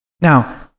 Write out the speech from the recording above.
now